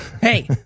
hey